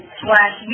slash